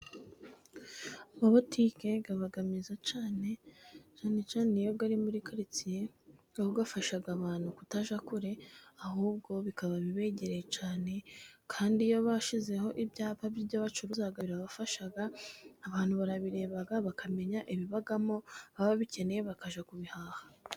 Amabutike aba meza cyane, cyane cyane iyo ari muri karitsiye, afasha abantu kutajya kure ahubwo bikaba bibegereye cyane, kandi iyo bashyizeho ibyapa by'ibyo bacuruza birabafasha, abantu barabireba bakamenya ibibamo, ababikeneye bakajya kubihaha.